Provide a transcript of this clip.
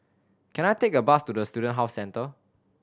can I take a bus to the Student Health Centre